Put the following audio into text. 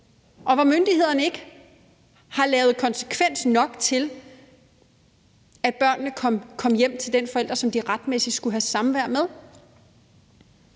og hvor myndighederne ikke har ladet det få konsekvens nok til, at børnene kom hjem til den forælder, som de retmæssigt skulle have samvær med.